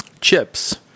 chips